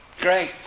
Great